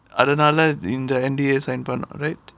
அதனால இந்த:athanaala intha N_D_A signed பண்ணனும்:pannanum right